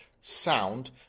sound